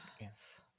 Yes